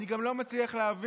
אני גם לא מצליח להבין,